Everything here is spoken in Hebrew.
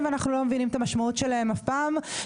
ואנחנו לא מבינים את המשמעות שלהם אף פעם.